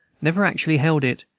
never actually held it,